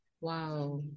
Wow